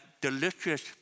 delicious